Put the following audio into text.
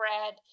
red